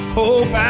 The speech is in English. hope